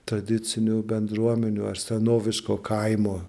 tradicinių bendruomenių ar senoviško kaimo